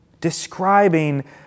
describing